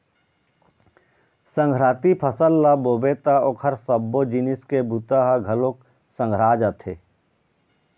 संघराती फसल ल बोबे त ओखर सबो जिनिस के बूता ह घलोक संघरा जाथे